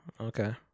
okay